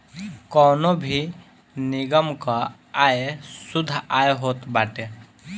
कवनो भी निगम कअ आय शुद्ध आय होत बाटे